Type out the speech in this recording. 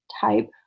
type